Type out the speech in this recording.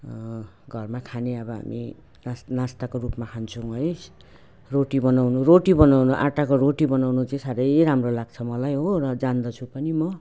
घरमा खाने अब हामी नास नास्ताको रूपमा खान्छौँ है रोटी बनाउनु रोटी बनाउनु आँटाको रोटी बनाउनु चाहिँ साह्रै राम्रो लाग्छ मलाई हो र जान्दछु पनि म